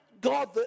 God